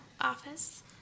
office